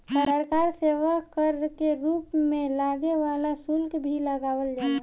सरकार सेवा कर के रूप में लागे वाला शुल्क भी लगावल जाला